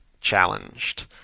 challenged